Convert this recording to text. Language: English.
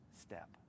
step